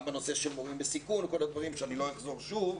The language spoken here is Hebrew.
גם בנושא של מורים בסיכון וכל הדברים שאני לא אחזור עליהם.